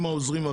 עם העוזרים,